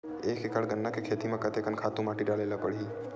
एक एकड़ गन्ना के खेती म कते कन खातु माटी डाले ल पड़ही?